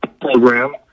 program